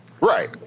Right